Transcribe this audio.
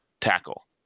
tackle